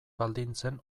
baldintzen